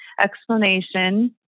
explanation